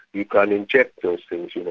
you can inject those things, you know'.